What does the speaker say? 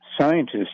scientists